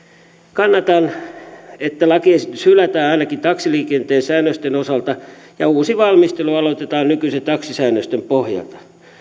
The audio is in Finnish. kannatan että lakiesitys hylätään ainakin taksiliikenteen säännösten osalta ja uusi valmistelu aloitetaan nykyisten taksisäännösten pohjalta